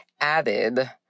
added